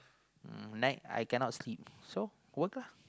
uh night I cannot sleep so work lah